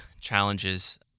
challenges